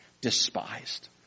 despised